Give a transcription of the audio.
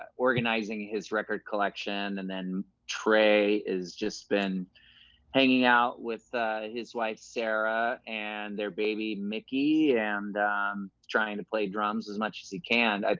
ah organizing his record collection and then trey has just been hanging out with his wife sarah and their baby mickey and trying to play drums as much as he can. ah